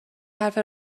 حرف